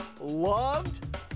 loved